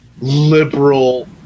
liberal